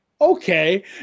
okay